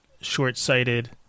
short-sighted